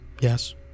Yes